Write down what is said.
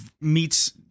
meets